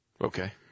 Okay